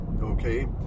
okay